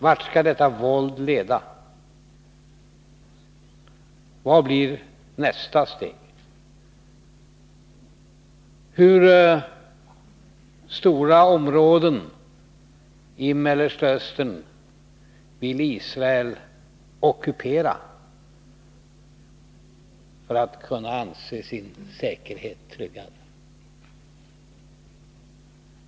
Vart skall detta våld leda? Vad blir nästa steg? Hur stora områden i Mellersta Östern vill Israel ockupera för att kunna anse sin säkerhet tryggad?